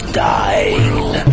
dying